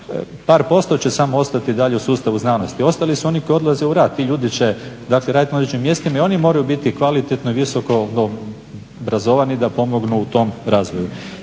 par posto će samo ostati dalje u sustavu znanosti, ostali su oni koji odlaze u rad. Ti ljudi će dakle raditi na određenim mjestima i oni moraju biti kvalitetno i visokoobrazovani da pomognu u tom razvoju.